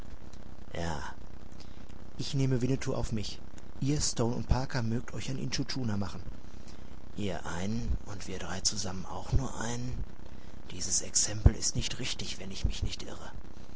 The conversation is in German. ja ich nehme winnetou auf mich ihr stone und parker mögt euch an intschu tschuna machen ihr einen und wir drei zusammen auch nur einen dieses exempel ist nicht richtig wenn ich mich nicht irre